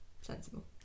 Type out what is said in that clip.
Sensible